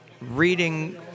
reading